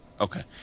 okay